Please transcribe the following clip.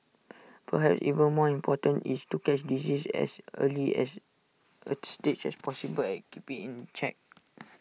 perhaps even more important is to catch diseases as early as A stage as possible and keep IT in check